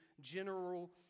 general